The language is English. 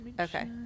Okay